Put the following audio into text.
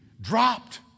dropped